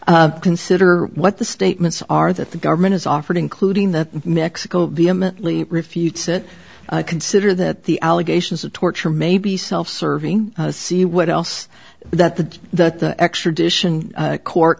it consider what the statements are that the government has offered including that mexico vehemently refutes it consider that the allegations of torture may be self serving to see what else that the that the extradition court